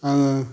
आङो